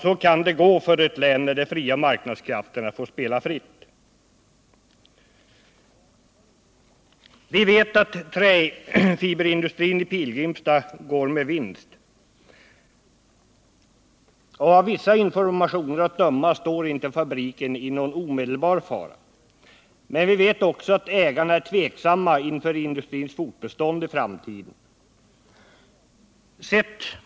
Så kan det gå för ett län när de fria marknadskrafterna får spela fritt. Vi vet att träfiberindustrin i Pilgrimstad går med vinst, och av vissa informationer att döma står inte fabriken i någon omedelbar fara. Men vi vet också att ägarna är tveksamma inför industrins fortbestånd i framtiden.